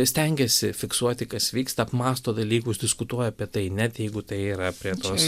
stengiasi fiksuoti kas vyksta apmąsto dalykus diskutuoja apie tai net jeigu tai yra prie tos